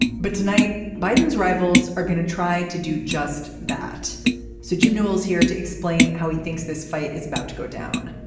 but tonight biden's rivals are going to try to do just that so jim newell is here to explain how he thinks this fight is about to go down.